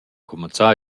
cumanzà